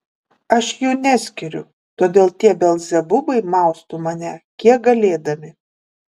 aš jų neskiriu todėl tie belzebubai mausto mane kiek galėdami